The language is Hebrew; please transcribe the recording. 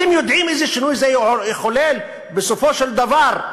אתם יודעים איזה שינוי זה יחולל, בסופו של דבר?